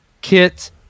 Kit